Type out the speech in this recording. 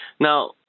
Now